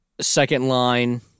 second-line